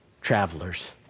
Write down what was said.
travelers